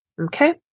okay